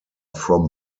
from